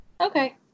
okay